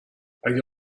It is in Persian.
اگه